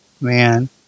man